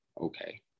Okay